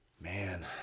Man